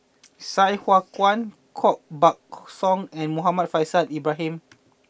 Sai Hua Kuan Koh Buck Song and Muhammad Faishal Ibrahim